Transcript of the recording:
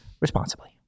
responsibly